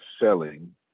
selling